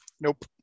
Nope